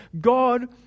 god